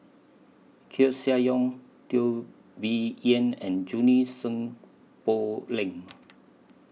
Koeh Sia Yong Teo Bee Yen and Junie Sng Poh Leng